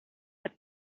but